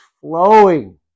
flowing